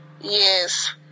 Yes